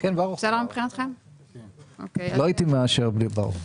לא הייתי מאשר בלי ברוך.